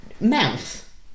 mouth